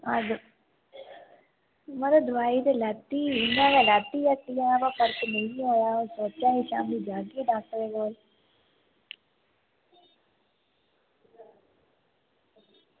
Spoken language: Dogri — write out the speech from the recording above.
अज्ज मड़ो दोआई ते लैती इ'या गै लैती हट्टिया बो फर्क नेईं होआ दा सोचेआ शामीं जाह्गी डॉक्टरै दे